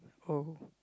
oh